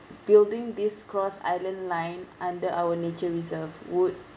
building this cross island line under our nature reserve would